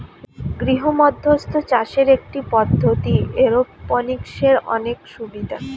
গৃহমধ্যস্থ চাষের একটি পদ্ধতি, এরওপনিক্সের অনেক সুবিধা